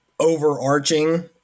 overarching